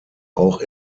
auch